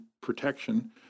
protection